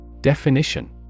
Definition